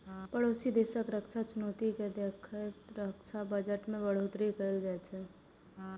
पड़ोसी देशक रक्षा चुनौती कें देखैत रक्षा बजट मे बढ़ोतरी कैल जाइ छै